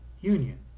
union